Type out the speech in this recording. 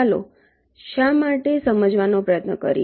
ચાલો શા માટે સમજવાનો પ્રયત્ન કરીએ